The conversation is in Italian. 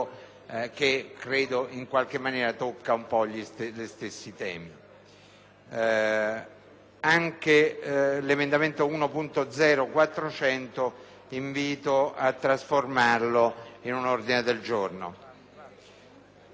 l'emendamento 1.0.400 e di trasformarlo in un ordine del giorno.